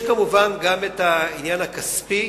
יש כמובן גם עניין כספי,